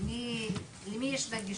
למי יש נגישות?